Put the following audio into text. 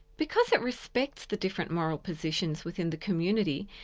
because it respects the different moral positions within the community,